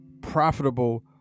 profitable